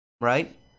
right